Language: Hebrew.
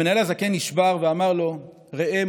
המנהל הזקן נשבר ואמר לו: ראה,